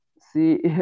see